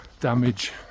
damage